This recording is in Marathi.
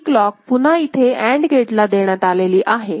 हि क्लॉक पुन्हा इथे अँड गेटला देण्यात आलेली आहे